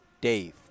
Dave